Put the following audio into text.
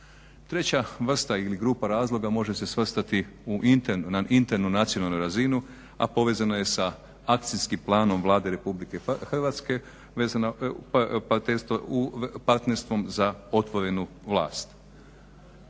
Treća vrsta ili grupa razloga može se svrstati na internacionalnu razinu a povezana je sa akcijskim planom Vlade RH partnerstvom za otvorenu vlast.